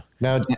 Now